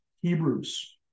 Hebrews